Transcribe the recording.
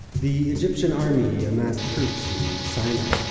the egyptian army amassed troops in the sinai,